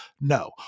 No